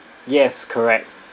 yes correct